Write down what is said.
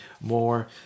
more